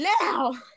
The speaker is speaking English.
now